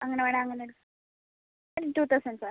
അങ്ങനെ വേണെങ്കിൽ അങ്ങനെ ടു തൗസൻഡ് സാർ